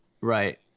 Right